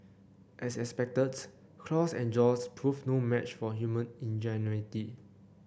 as expected claws and jaws proved no match for human ingenuity